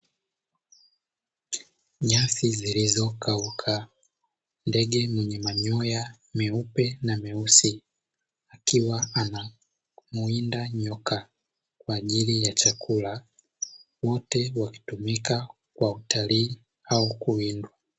Nyasi zilizokauka, ndege mwenye manyoya meupe na meusi, akiwa anawinda nyoka kwa ajili ya chakula, wote wakitumika kwa utalii au kuliwa.